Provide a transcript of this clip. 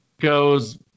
goes